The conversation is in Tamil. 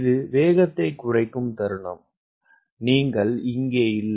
இது வேகத்தை குறைக்கும் தருணம் நீங்கள் இங்கே இல்லை